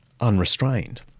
unrestrained